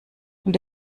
und